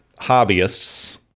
hobbyists